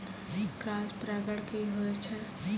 Cross परागण की होय छै?